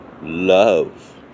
love